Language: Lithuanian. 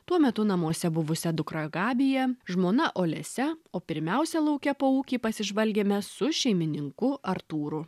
tuo metu namuose buvusia dukra gabija žmona olesia o pirmiausia lauke po ūkį pasižvalgėme su šeimininku artūru